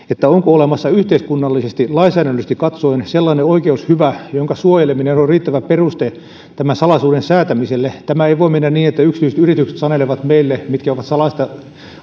onko olemassa yhteiskunnallisesti lainsäädännöllisesti katsoen sellainen oikeushyvä jonka suojeleminen on on riittävä peruste tämän salaisuuden säätämiselle tämä ei voi mennä niin että yksityiset yritykset sanelevat meille mitkä ovat salaista